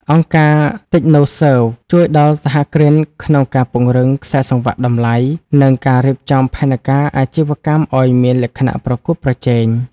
អង្គការ Technoserve ជួយដល់សហគ្រិនក្នុងការពង្រឹង "ខ្សែសង្វាក់តម្លៃ" និងការរៀបចំផែនការអាជីវកម្មឱ្យមានលក្ខណៈប្រកួតប្រជែង។